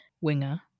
winger